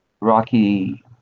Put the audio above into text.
Rocky